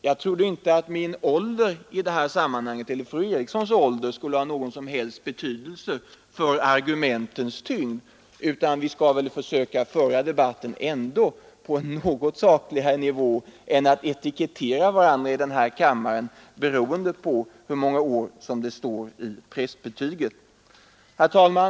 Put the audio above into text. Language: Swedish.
Jag trodde inte att min ålder — eller t.ex. fru Erikssons ålder — skulle ha någon som helst betydelse för argumenteringens tyngd. Vi skall väl försöka föra debatten på en något sakligare nivå än att etikettera varandra beroende på hur många levnadsår vi har enligt prästbetyget. Herr talman!